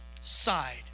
side